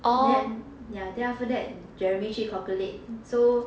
then ya then after that jeremy 去 calculate so